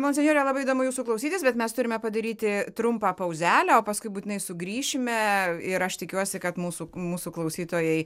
monsinjore labai įdomu jūsų klausytis bet mes turime padaryti trumpą pauzelę o paskui būtinai sugrįšime ir aš tikiuosi kad mūsų mūsų klausytojai